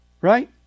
right